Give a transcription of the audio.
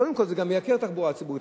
קודם כול, זה גם מייקר את התחבורה הציבורית.